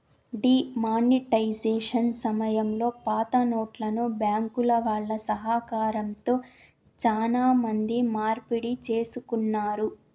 D monetisation సమయంలో పాతనోట్లను బ్యాంకుల వాళ్ళ సహకారంతో చానా మంది మార్పిడి చేసుకున్నారు